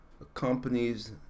accompanies